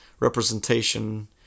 representation